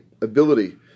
ability